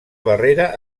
barrera